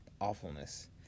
awfulness